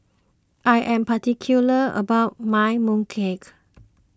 I am particular about my Mooncake